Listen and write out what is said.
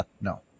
No